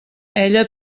ella